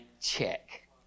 check